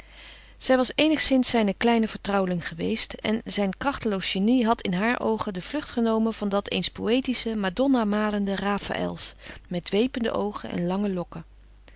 zij was eenigszins zijne kleine vertrouweling geweest en zijn krachteloos genie had in haar oogen de vlucht genomen van dat eens poëtischen madonna malenden rafaëls met dwepende oogen en lange lokken